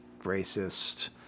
racist